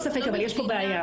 אין ספק, אבל יש פה בעיה.